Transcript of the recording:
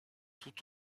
tout